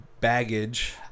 baggage